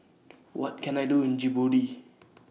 What Can I Do in Djibouti